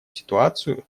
ситуацию